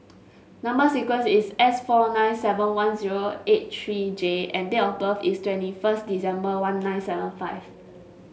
number sequence is S four nine seven one zero eight three J and date of birth is twenty first December one nine seven five